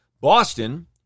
Boston